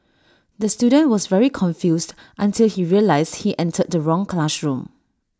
the student was very confused until he realised he entered the wrong classroom